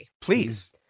Please